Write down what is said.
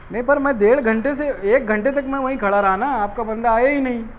نہیں پر میں ڈیڑھ گھنٹے سے ایک گھنٹے تک میں وہیں کھڑا رہا نا آپ کا بندہ آیا ہی نہیں